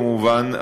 כמובן,